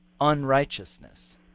unrighteousness